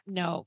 no